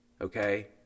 Okay